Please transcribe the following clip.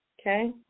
Okay